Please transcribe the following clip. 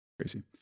Crazy